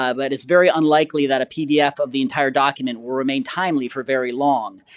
ah but it's very unlikely that a pdf of the entire document will remain timely for very long.